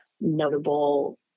notable